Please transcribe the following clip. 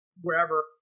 wherever